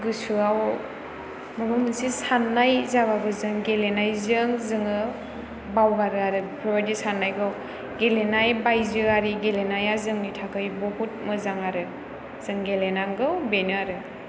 गोसोआव माबा मोनसे साननाय जाबाबो जों गेलेनायजों जोङो बावगारो आरो बेफोरबायदि साननायखौ गेलेनाय बायजोआरि गेलेनाया जोंनि थाखाय बहुद मोजां आरो जों गेलेनांगौ बेनो आरो